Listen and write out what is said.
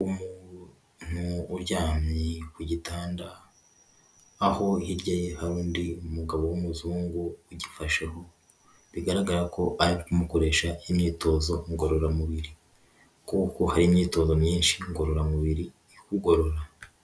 Umuntu uryamye ku gitanda aho hirya ye hari undi mugabo w'umuzungu ugifasheho bigaragara ko ari kumukoresha imyitozo ngororamubiri kuko hari imyitozo myinshi ngororamubiri ikugorora.